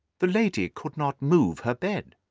the lady could not move her bed.